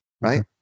right